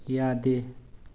ꯌꯥꯗꯦ